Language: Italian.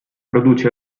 produce